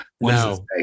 No